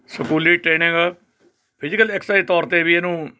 ਸਕੂਲੀ training physical exercise ਤੌਰ 'ਤੇ ਵੀ ਇਹਨੂੰ